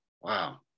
Wow